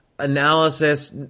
analysis